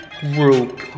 group